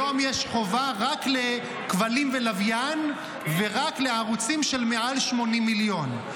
היום יש חובה רק לכבלים ולוויין ורק לערוצים של מעל 80 מיליון.